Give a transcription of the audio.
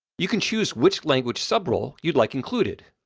you can choose which language sub-role you'd like included.